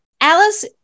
Alice